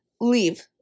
leave